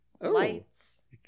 lights